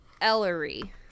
Ellery